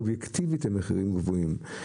אובייקטיבית הם מחירים גבוהים,